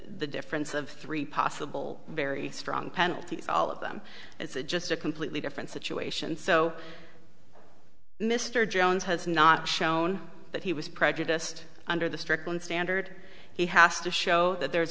the difference of three possible very strong penalties all of them it's just a completely different situation so mr jones has not shown that he was prejudiced under the strickland standard he has to show that there's